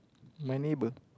my neighbour